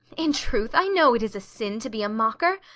in truth, i know it is a sin to be a mocker,